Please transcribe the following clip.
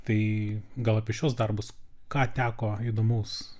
tai gal apie šiuos darbus ką teko įdomaus